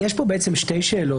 יש כאן שתי שאלות.